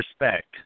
respect